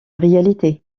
réalité